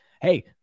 Hey